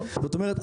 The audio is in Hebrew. זאת אומרת,